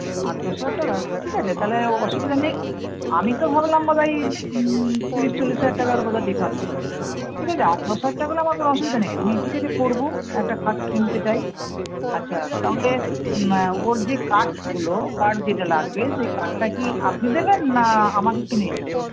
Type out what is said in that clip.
আট দশ হাজার টাকা ঠিক আছে তাহলে অসুবিধা নেই আমি তো ভাবলাম বোধ হয় এই তিরিশ চল্লিশ হাজার টাকার বোদ হয় ডিফারেন্স আছে ঠিক আছে আট দশ হাজার টাকা হলে আমার কোনো অসুবিধা নেই আমি ঠিক আছে করব একটা খাট কিনতে চাই আচ্ছা তাহলে ওর যে কাটগুলো কাঠ যেটা লাগবে সেই কাঠটা কি আপনি দেবেন না আমাকে কিনে দিতে হবে